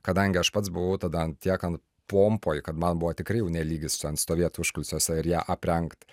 kadangi aš pats buvau tada tiek ant pompoje kad man buvo tikrai jau ne lygis čia stovėti užkulisiuose ir ją aprengt